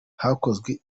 hakozwe